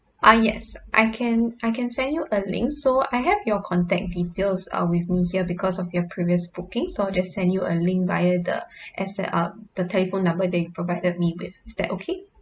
ah yes I can I can send you a link so I have your contact details uh with me here because of your previous booking so I'll just send you a link via the as uh the telephone number that you provided me with is that okay